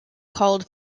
called